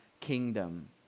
kingdom